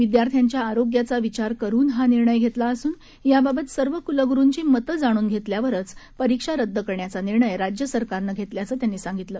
विद्यार्थ्यांच्या आरोग्याचा विचार करून हा निर्णय घेतला असून याबाबत सर्व कुलगुरूंची मतं जाणून घेतल्यावरच परिक्षा रद्द करण्याचा निर्णय राज्य सरकारनं घेतल्याचं त्यांनी सांगितलं